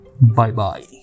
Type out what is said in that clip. Bye-bye